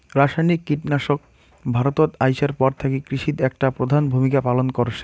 রাসায়নিক কীটনাশক ভারতত আইসার পর থাকি কৃষিত একটা প্রধান ভূমিকা পালন করসে